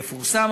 יפורסם.